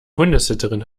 hundesitterin